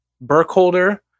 Burkholder